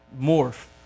morph